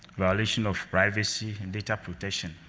violation of privacy and data protection.